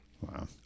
Wow